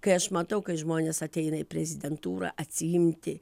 kai aš matau kai žmonės ateina į prezidentūrą atsiimti